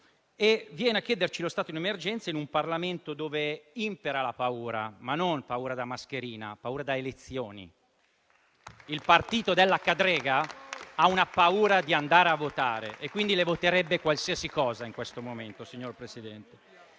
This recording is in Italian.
Viene a chiederci lo stato di emergenza in un Parlamento dove impera la paura, ma non paura da mascherina: paura da elezioni. Il partito della cadrega ha paura di andare a votare e quindi le voterebbe qualsiasi cosa in questo momento, signor Presidente.